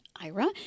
IRA